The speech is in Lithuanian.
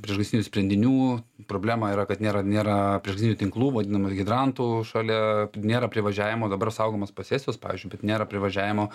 priešgaisrinių sprendinių problema yra kad nėra nėra priešgaisrinių tinklų vadinamų hidrantų šalia nėra privažiavimo dabar saugomos posesijos pavyzdžiui bet nėra privažiavimo